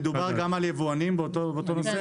מדובר גם על יבואנים באותו נושא?